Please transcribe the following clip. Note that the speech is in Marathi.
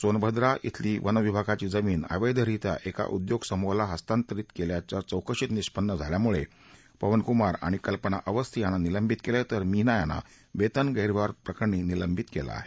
सोनभद्रा इथली वन विभागाची जमीन अवैधरित्या एका उद्योगसमूहाला इस्तांतरित केल्याचं चौकशीत निष्पन्न झाल्यामुळे पवन कुमार आणि कल्पना अवस्थी यांना निलंबित केलं आहेतर मीना यांना वेतन गैरव्यवहार प्रकरणी निलंबित केलं आहे